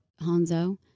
Hanzo